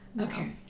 Okay